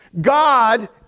God